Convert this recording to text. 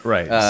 Right